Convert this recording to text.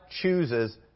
chooses